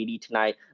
tonight